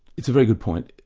it's a very good point.